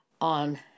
on